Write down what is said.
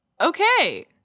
Okay